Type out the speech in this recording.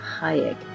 Hayek